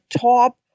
top